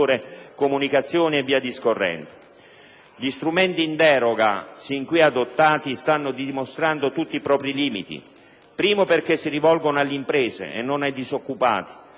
Gli strumenti in deroga sin qui adottati stanno dimostrando tutti i propri limiti: innanzi tutto, si rivolgono alle imprese e non ai disoccupati;